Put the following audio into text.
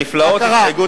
מה קרה?